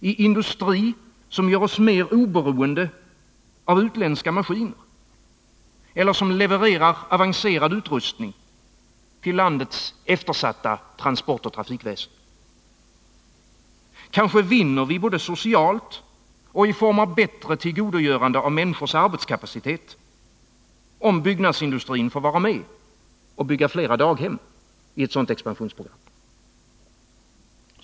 I industri som gör oss mer oberoende av utländska maskiner eller som levererar avancerad utrustning till landets eftersatta transportoch trafikväsen. Kanske vinner vi både socialt och i form av bättre tillgodogörande av människors arbetskapacitet Nr 30 om byggnadsindustrin får vara med och bygga fler daghem i ett sådant expansionsprogram.